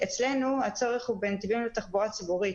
אצלנו הצורך הוא בנתיבים לתחבורה ציבורית.